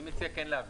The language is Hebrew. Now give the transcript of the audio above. אני מציע כן להבהיר.